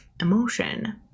emotion